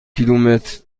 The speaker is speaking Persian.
کیلومتر